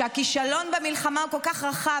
כשהכישלון במלחמה הוא כל כך רחב,